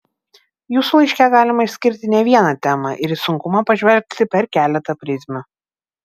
jūsų laiške galima išskirti ne vieną temą ir į sunkumą pažvelgti per keletą prizmių